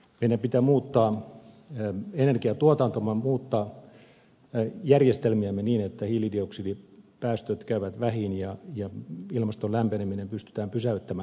meidän pitää muuttaa energiantuotantoamme muuttaa järjestelmiämme niin että hiilidioksidipäästöt käyvät vähiin ja ilmaston lämpeneminen pystytään pysäyttämään